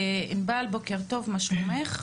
ענבל, בוקר טוב, מה שלומך?